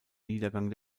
niedergang